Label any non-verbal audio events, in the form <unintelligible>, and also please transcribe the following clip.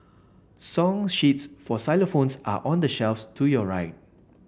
song sheets for xylophones are on the shelf <unintelligible> to your right